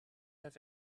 have